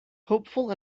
hopeful